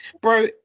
bro